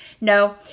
No